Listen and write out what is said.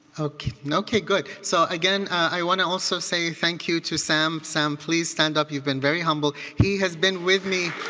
okay. you know okay, good. so again i want to also say thank you to sam. sam, please stand up. you've been very humble. he has been with me